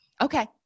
Okay